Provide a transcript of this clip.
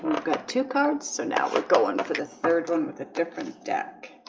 we've got two cards so now we're going for the third one with a different deck